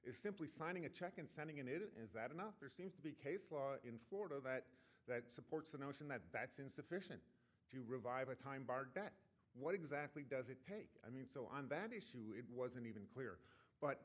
simply signing a check and sending in it is that enough there seems to be case law in florida that that supports the notion that that's insufficient to revive a time by that what exactly does it take i mean so on that issue it wasn't even clear but